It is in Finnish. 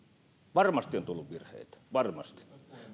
varmasti on tullut virheitä varmasti